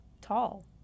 tall